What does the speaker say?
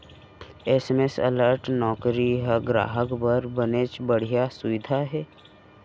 SMS alert नउकरी ह गराहक बर बनेच बड़िहा सुबिधा हे